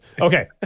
Okay